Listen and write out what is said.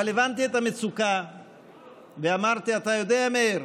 אבל הבנתי את המצוקה ואמרתי: אתה יודע, מאיר,